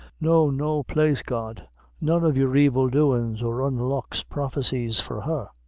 no, no, plaise god none of your evil doins or unlucks prophecies for her,